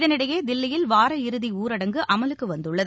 இதனிடையே தில்லியில் வார இறுதி ஊரடங்கு அமலுக்கு வந்துள்ளது